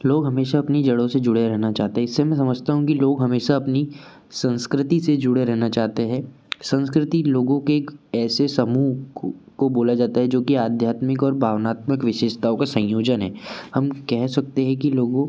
लोग हमेशा अपनी जड़ों से जुड़े रहेना चाहते हैं इससे मैं समझता हूँ कि लोग हमेशा अपनी संस्कृति से जुड़े रहेना चाहते हैं संस्कृति लोगों के एक ऐसे समूह को को बोला जाता है जो कि आध्यात्मिक और भावनात्मक विशेषताओं का संयोजन है हम कह सकते हैं कि लोगों